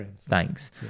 thanks